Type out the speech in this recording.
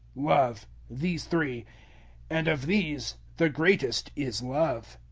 love these three and of these the greatest is love.